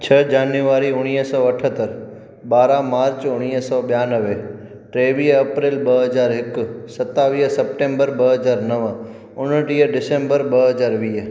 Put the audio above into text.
छह जनवरी उणिवीह सौ अठहतर ॿारहां मार्च उणिवीह सौ ॿियानवे टेवीह अप्रेल ॿ हज़ार हिकु सतावीह सेप्टेम्बर ॿ हज़ार नव उणटीह डिसंबर ॿ हज़ार वीह